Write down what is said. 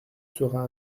sera